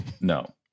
No